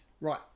right